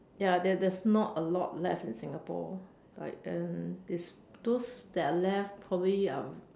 ya there there's not a lot left in singapore but then this those that are left probably um